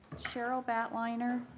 cheryl batliner,